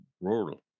rural